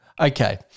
Okay